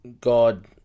God